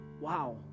wow